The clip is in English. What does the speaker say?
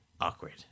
awkward